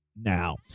Now